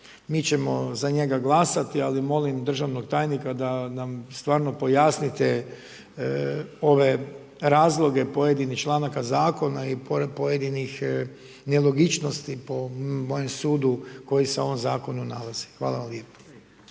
mi ćemo za njega glasati ali molim državnog tajnika da nam stvarno pojasnite ove razloge pojedinih članaka zakona i pojedinih nelogičnosti po mojem sudu koji se u ovom zakonu nalazi. Hvala vam lijepa.